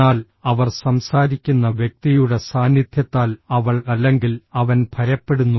എന്നാൽ അവർ സംസാരിക്കുന്ന വ്യക്തിയുടെ സാന്നിധ്യത്താൽ അവൾ അല്ലെങ്കിൽ അവൻ ഭയപ്പെടുന്നു